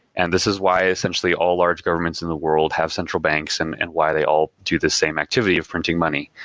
and this is why essentially all large governments in the world have central banks and and why they all do the same activity of printing money.